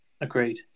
agreed